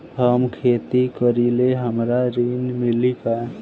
हम खेती करीले हमरा ऋण मिली का?